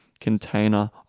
container